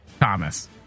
Thomas